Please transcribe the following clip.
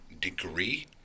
degree